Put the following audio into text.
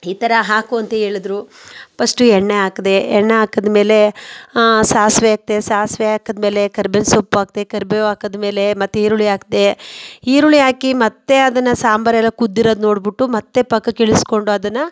ಈ ಥರ ಹಾಕು ಅಂತ ಹೇಳಿದ್ರು ಫಸ್ಟು ಎಣ್ಣೆ ಹಾಕಿದೆ ಎಣ್ಣೆ ಹಾಕಿದಮೇಲೆ ಸಾಸಿವೆ ಹಾಕಿದೆ ಸಾಸಿವೆ ಹಾಕಿದಮೇಲೆ ಕರಿಬೇವು ಸೊಪ್ಪು ಹಾಕಿದೆ ಕರಿಬೇವು ಹಾಕಿದಮೇಲೆ ಮತ್ತು ಈರುಳ್ಳಿ ಹಾಕಿದೆ ಈರುಳ್ಳಿ ಹಾಕಿ ಮತ್ತು ಅದನ್ನು ಸಾಂಬಾರೆಲ್ಲ ಕುದ್ದಿರೋದು ನೋಡಿಬಿಟ್ಟು ಮತ್ತೆ ಪಕ್ಕಕ್ಕಿಳಿಸಿಕೊಂಡು ಅದನ್ನು